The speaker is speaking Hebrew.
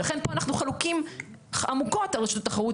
ולכן פה אנחנו חלוקים עמוקות על רשות התחרות